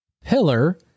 pillar